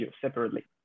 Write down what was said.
separately